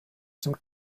some